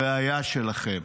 הרעיה שלכם,